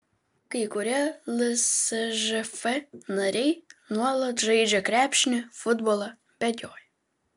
kai kurie lsžf nariai nuolat žaidžia krepšinį futbolą bėgioja